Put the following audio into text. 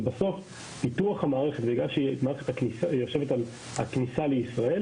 אבל פיתוח המערכת בגלל שהיא יושבת על הכניסה לישראל